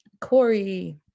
Corey